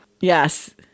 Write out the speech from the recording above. Yes